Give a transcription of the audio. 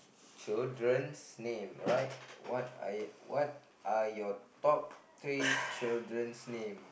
children's name alright what are your top three children's name